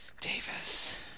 Davis